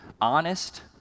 honest